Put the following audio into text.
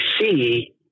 see